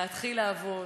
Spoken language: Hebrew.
להתחיל לעבוד,